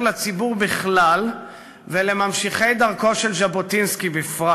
לציבור בכלל ולממשיכי דרכו של ז'בוטינסקי בפרט